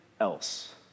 else